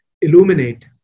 illuminate